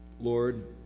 Lord